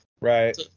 Right